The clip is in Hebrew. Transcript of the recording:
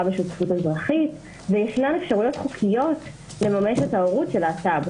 בשותפות האזרחית וישנן אפשרויות חוקיות לממש את ההורות של להט"ב,